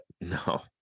No